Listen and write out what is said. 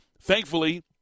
thankfully –